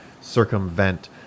circumvent